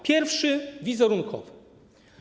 Pierwszy - wizerunkowy.